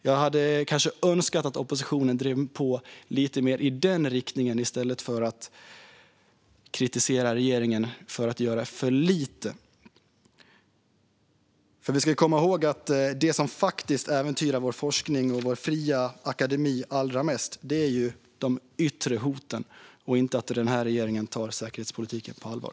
Jag hade kanske önskat att oppositionen drev på lite mer i den riktningen i stället för att kritisera regeringen för att göra för lite. Vi ska komma ihåg att det som faktiskt äventyrar vår forskning och vår fria akademi allra mest är de yttre hoten, inte att den här regeringen tar säkerhetspolitiken på allvar.